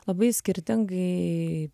labai skirtingai